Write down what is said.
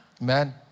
Man